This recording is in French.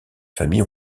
famille